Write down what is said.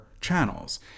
channels